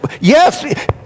yes